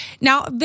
Now